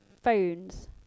phones